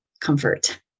comfort